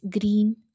green